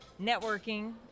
networking